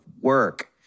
work